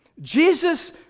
Jesus